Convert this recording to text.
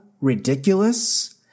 ridiculous